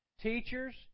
teachers